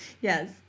Yes